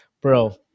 bro